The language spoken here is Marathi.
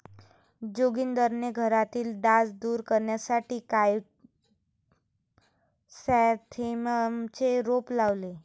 जोगिंदरने घरातील डास दूर करण्यासाठी क्रायसॅन्थेममचे रोप लावले